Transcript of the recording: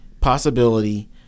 possibility